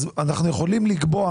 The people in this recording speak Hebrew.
אם כן, אנחנו יכולים לקבוע